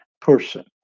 person